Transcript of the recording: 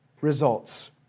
results